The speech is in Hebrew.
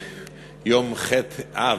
יום ח' אב,